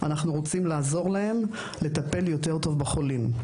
אבל אנחנו רוצים לעזור להם לטפל יותר טוב בחולים.